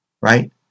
right